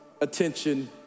attention